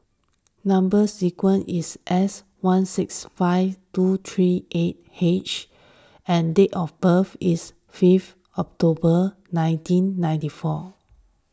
Number Sequence is S one six five seven two three eight H and date of birth is five October nineteen ninety four